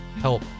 help